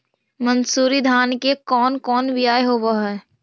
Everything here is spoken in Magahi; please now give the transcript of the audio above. मनसूरी धान के कौन कौन बियाह होव हैं?